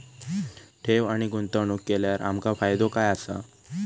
ठेव आणि गुंतवणूक केल्यार आमका फायदो काय आसा?